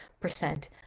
percent